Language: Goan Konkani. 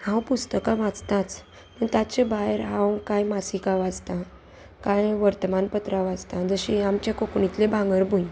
हांव पुस्तकां वाचताच ताचे भायर हांव कांय मासिका वाचतां कांय वर्तमानपत्रां वाचतां जशीं आमच्या कोंकणींतलीं भांगरभूंय